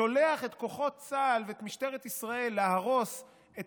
שולח את כוחות צה"ל ואת משטרת ישראל להרוס את